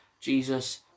Jesus